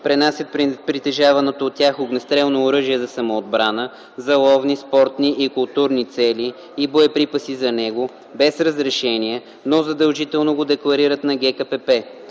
пренасят притежаваното от тях огнестрелно оръжие за самоотбрана, за ловни, спортни и културни цели и боеприпаси за него без разрешение, но задължително го декларират на ГКПП.